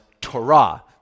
Torah